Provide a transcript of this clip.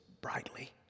brightly